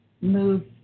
move